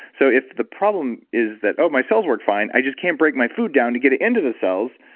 so if the problem is that, oh, my cells work fine, i just can't break my food down to get it into the cells.